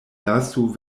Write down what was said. lasu